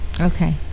Okay